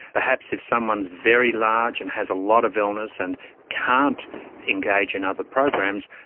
perhaps if someone is very large and has a lot of illness and can't engage in other programs,